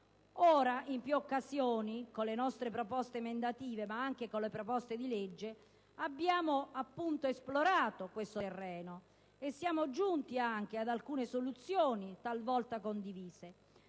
Ora, in più occasioni, con proposte emendative ma anche con le nostre proposte di legge, abbiamo esplorato questo terreno e siamo giunti anche ad alcune soluzioni, talvolta condivise.